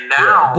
now